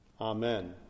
Amen